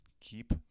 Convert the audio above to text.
keep